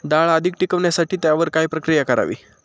डाळ अधिक टिकवण्यासाठी त्यावर काय प्रक्रिया करावी?